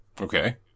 Okay